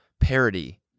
parody